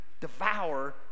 devour